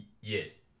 Yes